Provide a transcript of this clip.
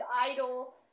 idol